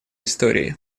истории